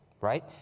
right